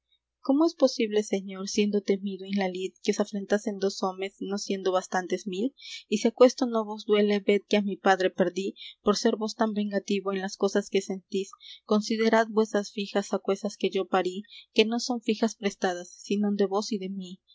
cómo es posible señor siendo temido en la lid que os afrentasen dos homes no siendo bastantes mil y si aquesto no vos duele ved que á mi padre perdí por ser vos tan vengativo en las cosas que sentís considerad vuesas fijas aquesas que yo parí que non son fijas prestadas sinon de vos y de mí